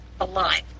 alive